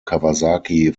kawasaki